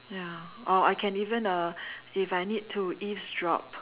ya or I can even uh if I need to eavesdrop